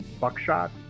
buckshot